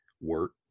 work